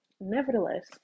nevertheless